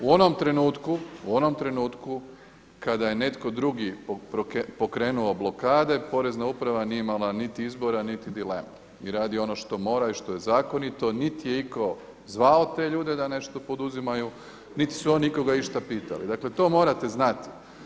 U onom trenutku kada je netko drugi pokrenuo blokade Porezna uprava nije imala niti izbora, niti dileme i radi ono što mora i što je zakonito, niti je iko zvao te ljude da nešto poduzimaju, niti su oni nikoga išta pitali, dakle to morate znati.